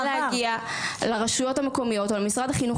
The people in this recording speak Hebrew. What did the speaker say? וצריך להגיע לרשויות המקומות או ישירות למשרד החינוך,